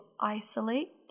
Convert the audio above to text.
isolate